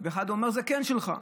ואחד אומר: זה כן שלך?